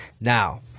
Now